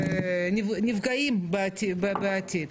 ונפגעים בעתיד.